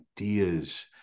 ideas